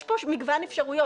יש פה מגוון אפשרויות.